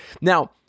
Now